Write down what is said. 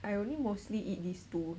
I only mostly eat these two